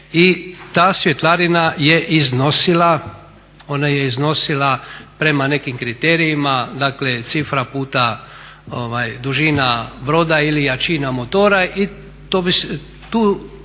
I ta svjetlarina je iznosila prema nekim kriterijima, dakle cifra puta dužina broda ili jačina motora i tu,